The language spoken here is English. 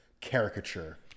caricature